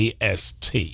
AST